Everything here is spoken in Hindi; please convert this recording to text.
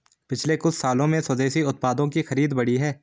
पिछले कुछ सालों में स्वदेशी उत्पादों की खरीद बढ़ी है